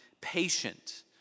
patient